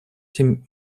тем